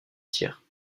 tirs